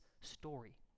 story